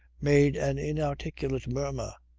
made an inarticulate murmur,